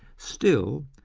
still,